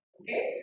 Okay